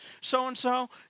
so-and-so